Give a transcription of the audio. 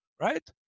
right